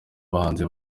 abahanzi